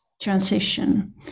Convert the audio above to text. transition